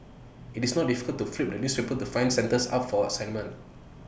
IT is not difficult to flip the newspapers to find centres up for assignment